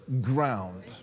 ground